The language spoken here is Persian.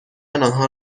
آنها